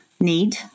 need